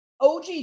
OG